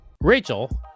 Rachel